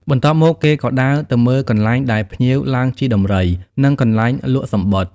បន្ទាប់មក គេក៏ដើរទៅមើលកន្លែងដែលភ្ញៀវឡើងជិះដំរី និងកន្លែង លក់សំបុត្រ ។